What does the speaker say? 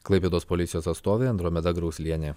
klaipėdos policijos atstovė andromeda grauslienė